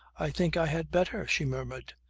i think i had better, she murmured.